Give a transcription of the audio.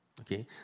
okay